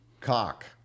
Cock